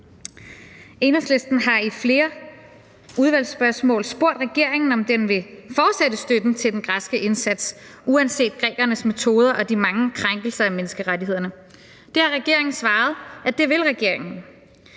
Enhedslisten har i flere udvalgsspørgsmål spurgt regeringen, om den vil fortsætte støtten til den græske indsats uanset grækernes metoder og de mange krænkelser af menneskerettighederne. Til det har regeringen svaret, at det vil regeringen.